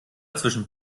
zwischen